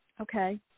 Okay